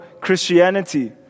Christianity